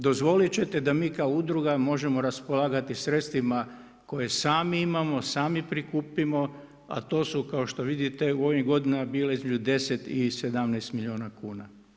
Dozvolite ćete da mi kao udruga možemo raspolagati sredstvima koje sami imamo, sami prikupimo, a to su kao što vidite u ovim godinama bile između 10 i 17 milijuna kuna.